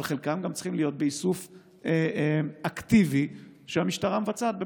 אבל חלקם גם צריכים להיות באיסוף אקטיבי שהמשטרה מבצעת,